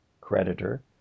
creditor